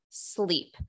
sleep